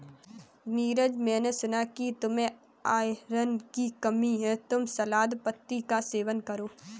नीरज मैंने सुना कि तुम्हें आयरन की कमी है तुम सलाद पत्तियों का सेवन करो